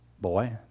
Boy